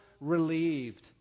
relieved